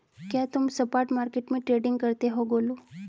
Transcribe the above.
क्या तुम spot market में ट्रेडिंग करते हो गोलू?